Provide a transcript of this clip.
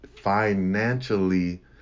financially